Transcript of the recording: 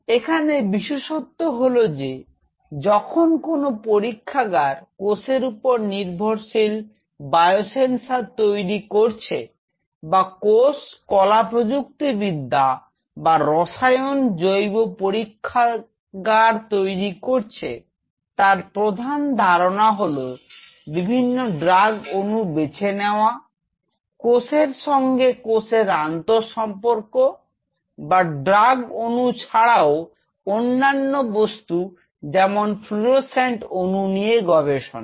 এখানে বিশেষত্ব হলো যে যখন কোন পরীক্ষাগার কোষের উপর নির্ভরশীল বায়োসেন্সর তৈরি করছে বা কোষ কলা প্রযুক্তিবিদ্যা বা রসায়ন জৈব পরীক্ষাগার তৈরি করছে তার প্রধান ধারণা হলো বিভিন্ন ড্রাগ অণু বেছে নেওয়া কোষের সঙ্গে কোষের আন্তঃসম্পর্ক বা ড্রাগ অণু ছাড়াও অন্যান্য বস্তু যেমন ফ্লুরোসেন্ট অণু নিয়ে গবেষণা